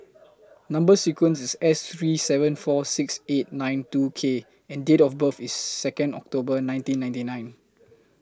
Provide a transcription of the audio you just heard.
Number sequence IS S three seven four six eight nine two K and Date of birth IS Second October nineteen ninety nine